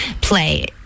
play